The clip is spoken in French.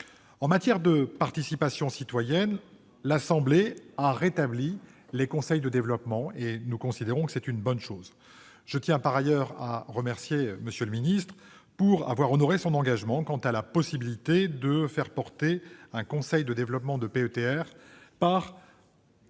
En matière de participation citoyenne, l'Assemblée nationale a rétabli les conseils de développement, ce qui est une bonne chose. Je tiens par ailleurs à remercier M. le ministre d'avoir honoré son engagement quant à la possibilité de faire porter par le conseil de développement du PETR